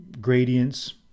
gradients